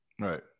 Right